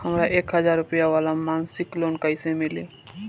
हमरा एक हज़ार रुपया वाला मासिक लोन कईसे मिली?